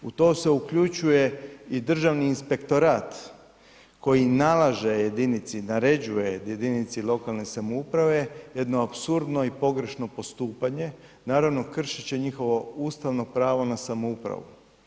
U to se uključuje i Državni inspektorat, koji nalaže jedinici, naređuje jedinici lokalne samouprave jedno apsurdno i pogrešno postupanje, naravno, kršeći njihovo ustavno pravo na samoupravu.